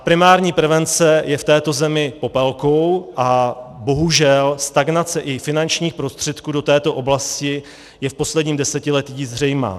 Primární prevence je v této zemi popelkou a bohužel stagnace i finančních prostředků do této oblasti je v posledním desetiletí zřejmá.